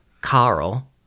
Carl